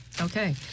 Okay